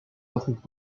intrigues